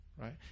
right